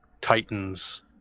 titans